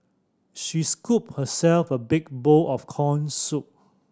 she scooped herself a big bowl of corn soup